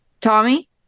Tommy